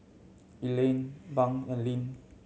Elaine Bunk and Linn